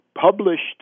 published